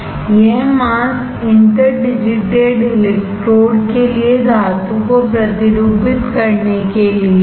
यह mask interdigitated electrode के लिए धातु को प्रतिरूपित करने के लिए है